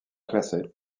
classés